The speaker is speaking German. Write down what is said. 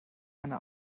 eine